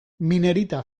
minerita